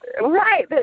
Right